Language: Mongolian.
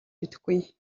мэдэхгүй